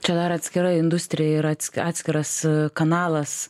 čia dar atskira industrija ir atski atskiras kanalas